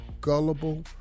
gullible